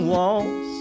Walls